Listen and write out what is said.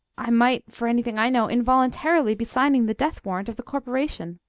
i might, for anything i know, involuntarily be signing the death-warrant of the corporation!